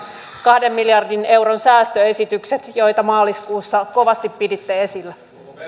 kahden miljardin euron säästöesitykset joita maaliskuussa kovasti piditte esillä